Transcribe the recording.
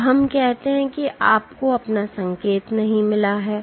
अब हम कहते हैं कि आपको अपना संकेत नहीं मिला है